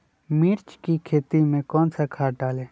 मिर्च की खेती में कौन सा खाद डालें?